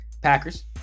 Packers